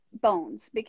bones